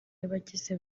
y’abagize